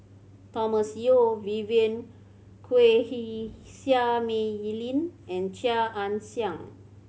Thomas Yeo Vivien Quahe Seah Mei Lin and Chia Ann Siang